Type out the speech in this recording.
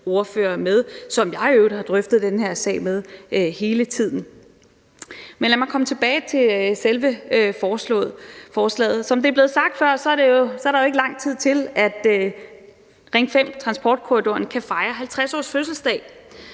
som jeg i øvrigt har drøftet den her sag med hele tiden. Men lad mig komme tilbage til selve forslaget. Som det blev sagt før, er der jo ikke lang tid til, at Ring 5-transportkorridoren kan fejre 50-årsfødselsdag,